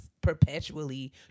perpetually